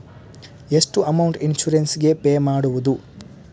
ಎಷ್ಟು amount insurance ಗೇ pay ಮಾಡುವುದು?